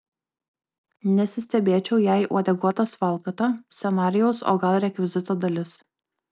nesistebėčiau jei uodeguotas valkata scenarijaus o gal rekvizito dalis